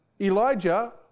Elijah